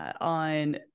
on